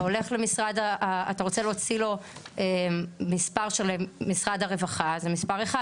אתה רוצה להוציא לו מספר של משרד הרווחה זה מספר אחד,